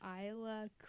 isla